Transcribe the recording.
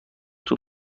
طول